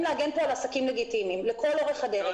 להגן פה על עסקים לגיטימיים לאורך כל הדרך.